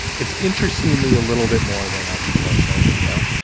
it's interestingly, a little bit more than a promotional video.